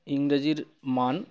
ইংরেজির মান